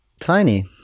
Tiny